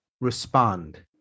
respond